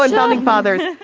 but founding fathers,